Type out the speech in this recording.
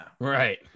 right